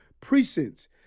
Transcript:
precincts